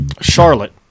Charlotte